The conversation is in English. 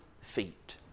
feet